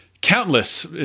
countless